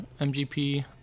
MGP